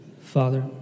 Father